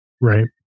Right